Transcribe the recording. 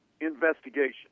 investigation